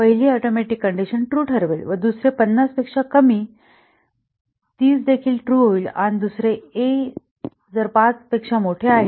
पहिली atomic condition true ठरवेल व दुसरे 50 पेक्षा कमी 30 देखील ट्रू होईल आणि दुसरे a 5 पेक्षा मोठे आहे